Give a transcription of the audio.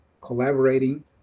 collaborating